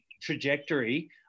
trajectory